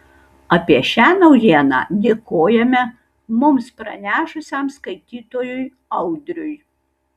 apie šią naujieną dėkojame mums pranešusiam skaitytojui audriui